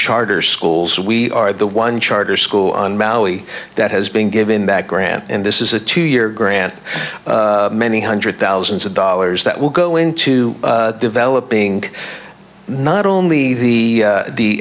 charter schools we are the one charter school on maui that has been given that grant and this is a two year grant many hundred thousands of dollars that will go into developing not only the